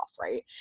right